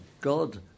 God